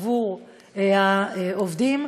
עבור העובדים.